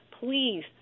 please